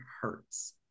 hurts